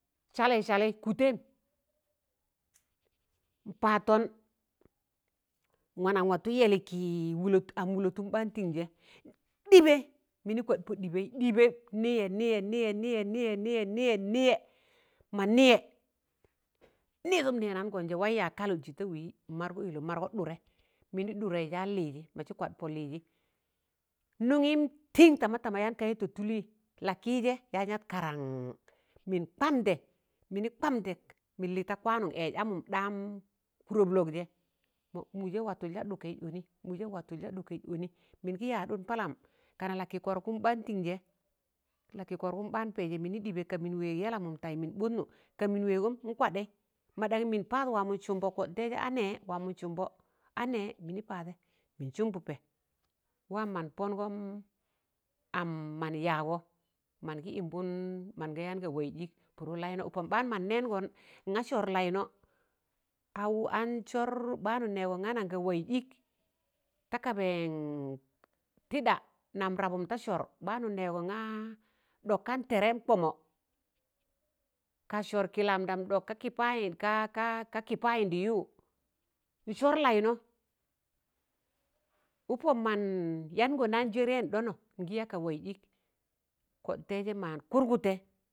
salẹi salẹi, kụtẹim, n'paad tọn, n'wana n'wati yẹli ki wụlọt am wụlọtụm ɓaan tin jẹ n'ɗibẹ mini kwa pọ ɗibbẹ ɗibẹ niyẹ niyẹ niyẹ, niyẹ niyẹ niyẹ niyẹ niyẹ niyẹ, ma niyẹ nirụm nẹramgụn jẹ, wai yak kalụksi ta wi min wargọ ilọ min wagọ ɗụrẹ min yaan lizi, mọ zi kiwa pọ lizi nụnin tin tama tama yaan kayụta tụli laki jẹ yaan yat karan min kwamdẹ, mini kụrami ɗẹ min li ta kwanun ẹz amụm ɗam wụrọblọk jẹ mụjẹ watụ ya ɗụkẹi ọni, mụjẹ watụ ya ɗukẹi ọni, min gi yaadụn palam kana lakikọrgụm ɓaan pẹjẹ ka min wẹg yalamụm taimin ɓụnụ, ka min wẹgụm n'kwadi, ma ɗanyi min paad wa mọ sụmbọ, kọ laizẹ a nẹ, wamọ sụmbọ anẹ min paadẹ min sụmbụpẹ n'wam man pọngọm am man yaagọ man gin yụnbụn, mangi yaan ga wa'iz ik, pụrụ lainọ ụkụm ɓaan mọn nẹẹngọn, na sọr lainọ aụ ansọr, baanụn nẹ gọ na nan ga waiz ik ta kabẹin tida nam rabụm ta sọr baanụr n'nẹgọ na ɗọk kan tẹrẹ'm kpọmọ, ka sọr kilanidam ɗọk ka ki payin ka ka, ka ki payindi yụụ, n'sọr lainọ ụkụm mọn yangọ > n'dọnọ n'gi yaka waiz ik kọ taizẹ ma n'kụrgụtẹ.